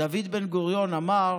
דוד בן-גוריון אמר: